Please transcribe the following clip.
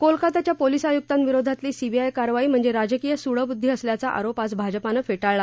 कोलकात्याच्या पोलीस आयुक्तांविरोधातली सीबीआय कारवाई म्हणजे राजकीय सूडबुद्धी असल्याचा आरोप आज भाजपानं फेटाळला